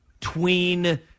tween